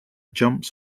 jumps